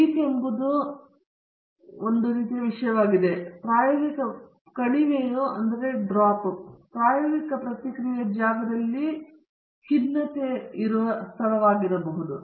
peak ಪರ್ವತ ರೀತಿಯ ವಿಷಯವಾಗಿದೆ ಮತ್ತು ಕಣಿವೆಯು ಪ್ರಾಯೋಗಿಕ ಪ್ರತಿಕ್ರಿಯೆಯ ಜಾಗದಲ್ಲಿ ಖಿನ್ನತೆಯ ಭೌಗೋಳಿಕತೆಯಾಗಿದೆ